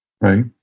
right